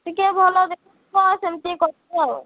ଟିକେ ଭଲ ସେମିତି କରିଦିଅ ଆଉ